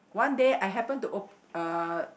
one day I happen to op~ uh